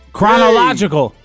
Chronological